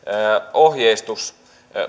ohjeistus